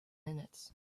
minutes